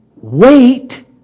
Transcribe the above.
wait